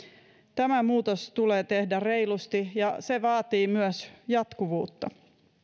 tämä muutos tulee tehdä reilusti ja se vaatii myös jatkuvuutta